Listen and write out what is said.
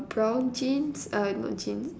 uh brown jeans uh not jeans